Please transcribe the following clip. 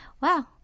wow